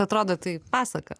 atrodo tai pasaka